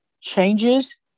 changes